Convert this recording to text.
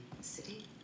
city